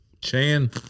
Chan